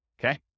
okay